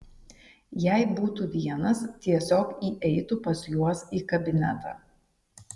jei būtų vienas tiesiog įeitų pas juos į kabinetą